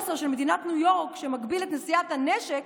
של מדינת ניו יורק שמגביל את נשיאת הנשק,